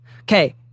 Okay